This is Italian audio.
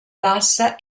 bassa